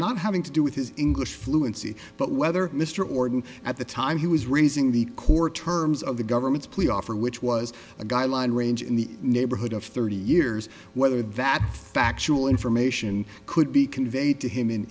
not having to do with his english fluency but whether mr orden at the time he was raising the court terms of the government's plea offer which was a guideline range in the neighborhood of thirty years whether that factual information could be conveyed to him in